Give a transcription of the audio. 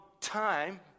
time